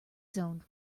zoned